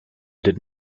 did